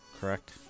correct